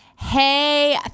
Hey